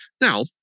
now